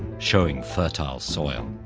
showing fertile soil.